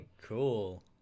Cool